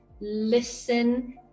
listen